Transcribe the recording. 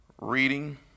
reading